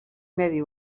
medi